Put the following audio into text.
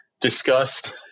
discussed